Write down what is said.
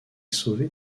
sauvée